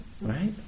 Right